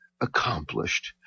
accomplished